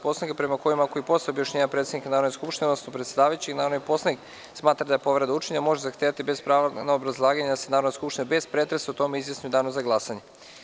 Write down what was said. Poslovnika, prema kojima i ako posle objašnjenja predsednika Narodne skupštine, odnosno predsedavajućeg, narodni poslanik smatra da je povreda učinjena, može zahtevati bez prava na obrazlaganje da se Narodna skupština bez pretresa o tome izjasni u danu za glasanje.